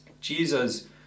Jesus